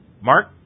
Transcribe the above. Mark